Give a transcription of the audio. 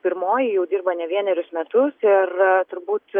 pirmoji jau dirba ne vienerius metus ir turbūt